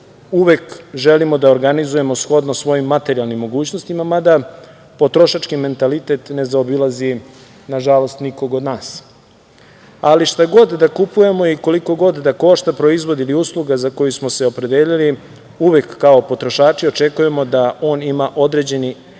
uvek želimo da organizujemo shodno svojim materijalnim mogućnostima, mada potrošački mentalitet ne zaobilazi, nažalost, nikoga od nas. Ali, šta god da kupujemo i koliko god da košta proizvod ili usluga za koju smo se opredelili, uvek kao potrošači očekujemo da on ima određeni